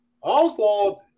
Oswald